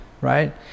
right